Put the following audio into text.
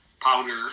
powder